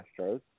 Astros